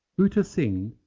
buta singh,